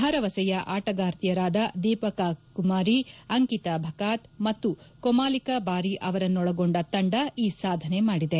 ಭರವಸೆಯ ಆಟಗಾರ್ತಿಯರಾದ ದೀಪಿಕಾ ಕುಮಾರಿ ಅಂಕಿತಾ ಭಕಾತ್ ಮತ್ತು ಕೋಮಲಿಕಾ ಬಾರಿ ಅವರನ್ನೊಳಗೊಂಡ ತಂಡ ಈ ಸಾಧನೆ ಮಾಡಿದೆ